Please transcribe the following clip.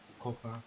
Copa